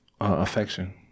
Affection